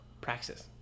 Praxis